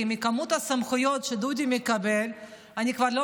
כי מכמות הסמכויות שדודי מקבל אני כבר לא